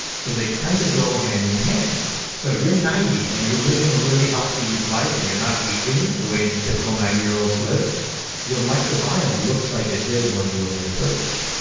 so they kind of go hand in hand so if you're ninety and you're living a really healthy life and you're not aging the way typical ninety year olds live your microbiome looks like it did when you were in your thirty point s